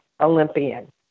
Olympian